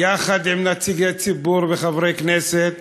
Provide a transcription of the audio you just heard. יחד עם נציגי ציבור וחברי כנסת,